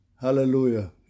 Hallelujah